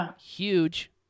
Huge